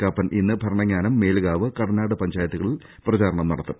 കാപ്പൻ ഇന്ന് ഭരണങ്ങാനം മേലുകാവ് കടനാട് പഞ്ചായത്തുകളിൽ പ്രചരണം നടത്തും